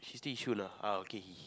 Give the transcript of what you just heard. she stay Yishun ah uh okay he